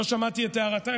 לא שמעתי את הערתך,